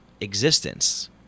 existence